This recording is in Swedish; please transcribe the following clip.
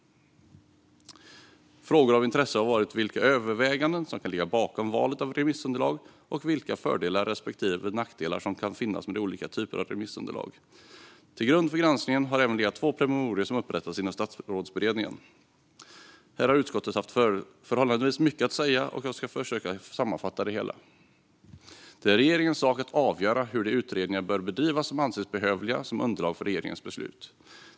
Frågor av intresse har varit vilka överväganden som kan ligga bakom valet av remissunderlag och vilka fördelar respektive nackdelar som kan finnas med olika typer av remissunderlag. Till grund för granskningen har även legat två promemorior som upprättats inom Statsrådsberedningen. Här har utskottet haft förhållandevis mycket att säga, och jag ska försöka sammanfatta det hela. Det är regeringens sak att avgöra hur de utredningar bör bedrivas som anses behövliga som underlag för regeringens beslut.